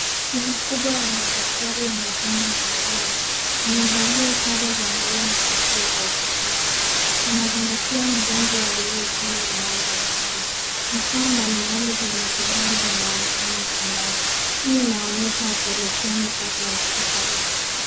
Timu kubwa ya madaktari inafanya upasuaji. Wamevalia sare za buluu na kofia za upasuaji. Wanazingatia mgonjwa aliye chini ya mwanga mkali. Vifaa mbalimbali vya matibabu vinaonekana chumbani. Hii inaonyesha oparesheni tata hospitalini.